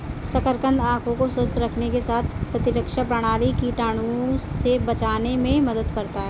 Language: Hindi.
शकरकंद आंखों को स्वस्थ रखने के साथ प्रतिरक्षा प्रणाली, कीटाणुओं से बचाने में मदद करता है